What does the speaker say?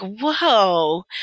whoa